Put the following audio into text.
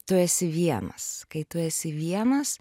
tu esi vienas kai tu esi vienas